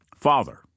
Father